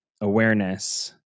awareness